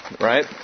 right